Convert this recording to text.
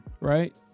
right